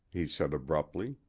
he said abruptly.